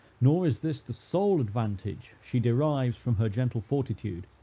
nor is this the sole advantage she derives from her gentle fortitude.